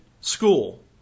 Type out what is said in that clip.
school